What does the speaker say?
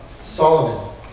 Solomon